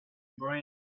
brain